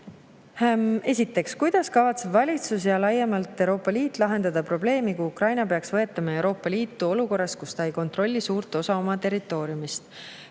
"Kuidas kavatseb valitsus ja laiemalt Euroopa Liit lahendada probleemi, kui Ukraina peaks võetama Euroopa Liitu olukorras, kus ta ei kontrolli suurt osa oma territooriumist?"